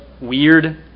weird